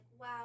wow